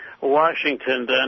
Washington